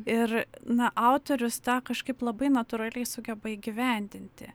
ir na autorius tą kažkaip labai natūraliai sugeba įgyvendinti